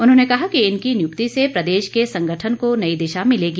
उन्होंने कहा कि इनकी नियुक्ति से प्रदेश के संगठन को नई दिशा मिलेगी